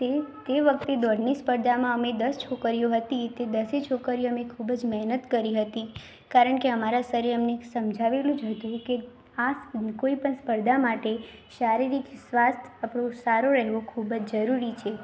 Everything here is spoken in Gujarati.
તે તે વખતે દોડની સ્પર્ધામાં અમે દસ છોકરીઓ હતી તે દસે છોકરીઓએ ખૂબ જ મહેનત કરી હતી કારણ કે અમારા સરે અમને સમજાવેલું જ હતું કે આ કોઈ પણ સ્પર્ધા માટે શારીરિક સ્વાસ્થ આપણું સારું રહેવું ખૂબ જ જરૂરી છે